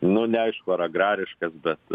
nu neaišku ar agrariškas bet